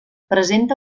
presenta